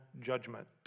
judgment